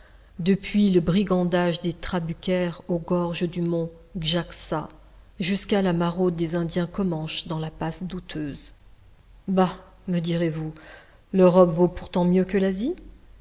depuis le brigandage des trabucaires aux gorges du mont jaxa jusqu'à la maraude des indiens comanches dans la passe douteuse bah me direz-vous l'europe vaut pourtant mieux que l'asie